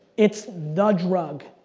it's the drug.